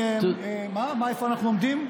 איפה אנחנו עומדים?